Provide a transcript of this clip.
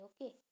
Okay